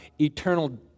eternal